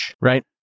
Right